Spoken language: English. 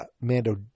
Mando